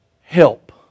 help